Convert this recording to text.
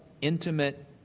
intimate